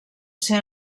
ser